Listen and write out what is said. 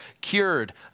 cured